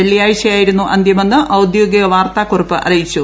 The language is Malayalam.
വെള്ളിയാഴ്ചയായിരുന്നു അന്ത്യമെന്ന് ഔദ്യോഗിക വാർത്താക്കുറിപ്പ് അറിയിച്ചു